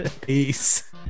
peace